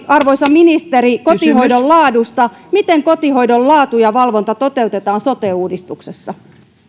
arvoisa ministeri kotihoidon laadusta miten kotihoidon laatu ja valvonta toteutetaan sote uudistuksessa